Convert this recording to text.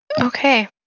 Okay